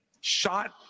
shot